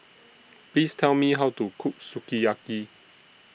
Please Tell Me How to Cook Sukiyaki